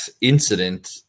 incident